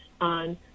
on